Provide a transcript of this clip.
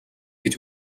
гэж